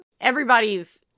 everybody's